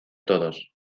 todos